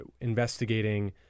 investigating